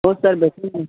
हो सर भेटतील ना